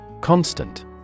Constant